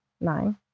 nine